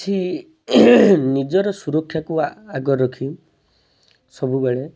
କିଛି ନିଜର ସୁରକ୍ଷାକୁ ଆଗରେ ରଖି ସବୁବେଳେ